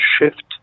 shift